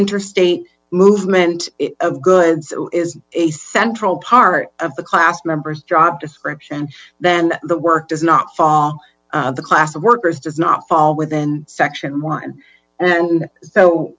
interstate movement of goods is a central part of the class members job description then the work does not follow the class of workers does not fall within section one and